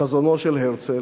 חזונו של הרצל,